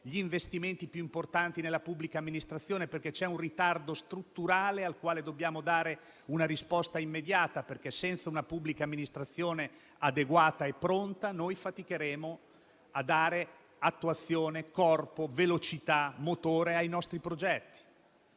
investimenti più importanti nella pubblica amministrazione, perché c'è un ritardo strutturale al quale dobbiamo dare una risposta immediata, perché senza una pubblica amministrazione adeguata e pronta faticheremo a dare attuazione, corpo, velocità e motore ai nostri progetti.